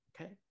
Okay